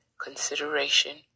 consideration